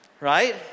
right